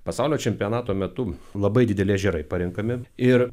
pasaulio čempionato metu labai dideli ežerai parenkami ir